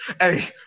hey